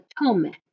Atonement